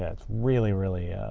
it's really, really,